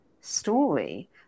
story